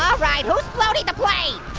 alright, who's exploded the plane?